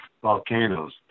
volcanoes